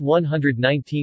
119%